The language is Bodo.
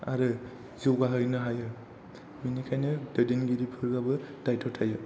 आरो जौगाहैनो हायो बेनिखायनो दैदेनगिरिफोराबो दायत्त' थायो